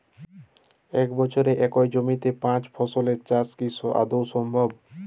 এক বছরে একই জমিতে পাঁচ ফসলের চাষ কি আদৌ সম্ভব?